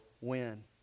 win